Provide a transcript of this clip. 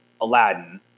Aladdin